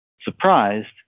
surprised